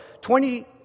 Twenty